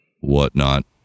whatnot